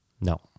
No